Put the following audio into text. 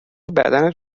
بدنت